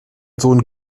sohn